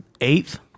Eighth